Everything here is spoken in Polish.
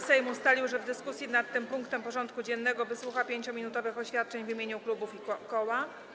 Sejm ustalił, że w dyskusji nad tym punktem porządku dziennego wysłucha 5-minutowych oświadczeń w imieniu klubów i koła.